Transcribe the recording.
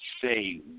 say